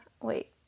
Wait